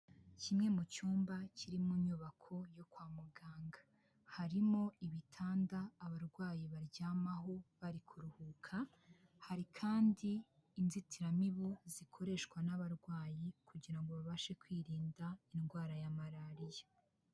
Kimwe mu cyumba kiri mu nyubako yo kwa muganga, harimo ibitanda abarwayi baryamaho bari kuruhuka, hari kandi inzitiramibu zikoreshwa n'abarwayi kugira ngo babashe kwirinda indwara ya malariya.